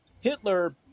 Hitler